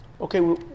okay